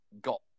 got